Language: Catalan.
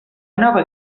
nova